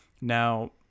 Now